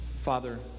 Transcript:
Father